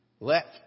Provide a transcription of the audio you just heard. left